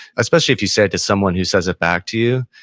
especially if you said to someone who says it back to you,